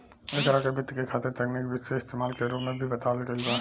एकरा के वित्त के खातिर तकनिकी विधि के इस्तमाल के रूप में भी बतावल गईल बा